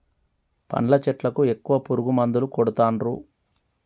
పండ్ల చెట్లకు ఎక్కువ పురుగు మందులు కొడుతాన్రు